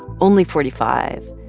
only forty five.